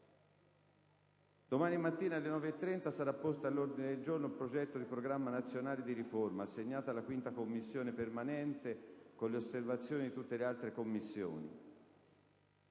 Domani mattina alle ore 9,30 sarà posto all'ordine del giorno il progetto di Programma nazionale di riforma, assegnato alla 5a Commissione permanente con le osservazioni di tutte le altre Commissioni.